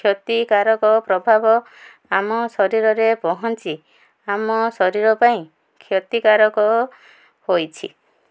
କ୍ଷତିକାରକ ପ୍ରଭାବ ଆମ ଶରୀରରେ ପହଞ୍ଚି ଆମ ଶରୀର ପାଇଁ କ୍ଷତିକାରକ ହୋଇଛି